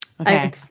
Okay